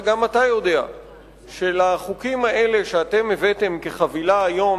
שגם אתה יודע שלחוקים האלה שאתם הבאתם כחבילה היום